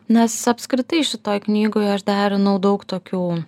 nes apskritai šitoj knygoj aš derinau daug tokių